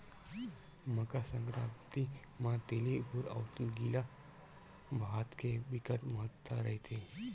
मकर संकरांति म तिली गुर अउ गिला भात के बिकट महत्ता रहिथे